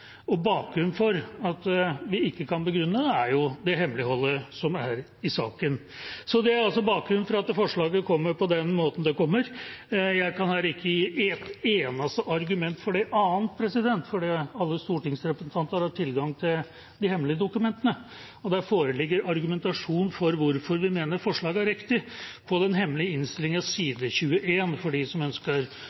Bakgrunnen for at vi ikke kan begrunne det, er det hemmeligholdet som er i saken. Det er altså bakgrunnen for at forslaget kommer på den måten det kommer. Jeg kan ikke gi et eneste argument for det. Men alle stortingsrepresentantene har hatt tilgang til de hemmelige dokumentene, og der foreligger argumentasjon for hvorfor vi mener forslaget er riktig, på den hemmelige innstillingens side 21, for dem som ønsker